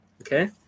okay